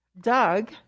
Doug